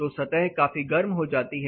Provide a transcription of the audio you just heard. तो सतह काफी गर्म हो जाती है